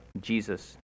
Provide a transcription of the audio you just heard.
Jesus